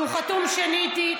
שהוא חתום איתי.